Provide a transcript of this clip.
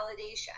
validation